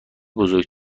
بزرگ